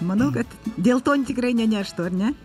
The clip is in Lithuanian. manau kad dėl to tikrai neneštų ar ne